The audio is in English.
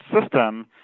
system